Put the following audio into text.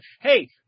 Hey